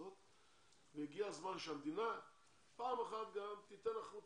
הגיע הזמן שהמדינה פעם אחת גם תיתן החוצה.